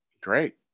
Great